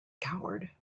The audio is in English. coward